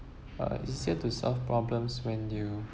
uh it's easier to solve problems when you